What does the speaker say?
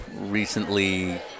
recently